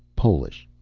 polish.